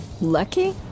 Lucky